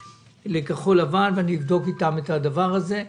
לכחול לבן ואבדוק איתם את הדבר הזה.